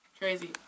crazy